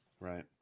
right